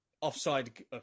offside